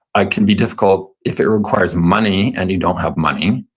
ah can be difficult if it requires money and you don't have money.